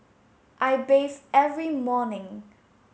I bathe every morning